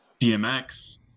DMX